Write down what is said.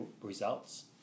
results